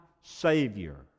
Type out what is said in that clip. Savior